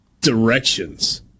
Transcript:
directions